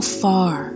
far